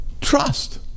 trust